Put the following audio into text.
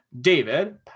David